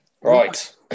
Right